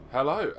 Hello